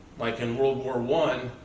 like in world war one,